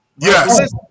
Yes